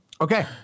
okay